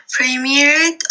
premiered